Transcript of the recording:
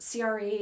CRA